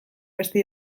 beste